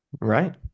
Right